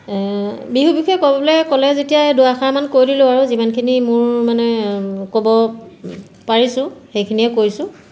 বিহু বিষয়ে ক'বলৈ ক'লে যেতিয়া দুআষাৰামান কৈ দিলোঁ আৰু যিমানখিনি মোৰ মানে ক'ব পাৰিছোঁ সেইখিনিয়ে কৈছোঁ